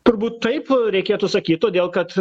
turbūt taip reikėtų sakyt todėl kad